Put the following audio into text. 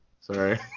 Sorry